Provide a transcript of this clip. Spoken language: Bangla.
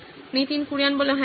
নীতিন কুরিয়ান হ্যাঁ